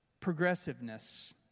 progressiveness